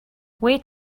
wait